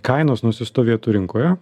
kainos nusistovėtų rinkoje